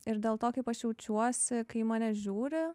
ir dėl to kaip aš jaučiuosi kai į mane žiūri